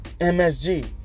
MSG